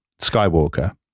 Skywalker